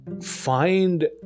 find